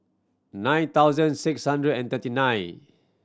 nine thousand six hundred and thirty nine